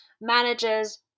managers